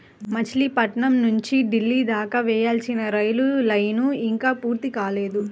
మచిలీపట్నం నుంచి ఢిల్లీ దాకా వేయాల్సిన రైలు లైను ఇంకా పూర్తి కాలేదు